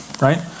right